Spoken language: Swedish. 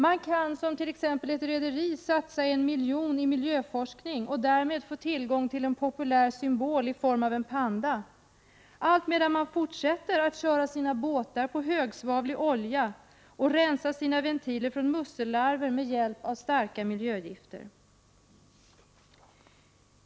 Man kan som t.ex. ett rederi satsa 1 miljon i miljöforskning och därmed få tillgång till en populär symbol i form av en panda, allt medan man fortsätter att köra sina båtar på högsvavlig olja och rensa sina ventiler från mussellarver med hjälp av starka miljögifter.